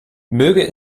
möge